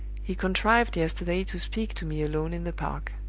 he contrived yesterday to speak to me alone in the park.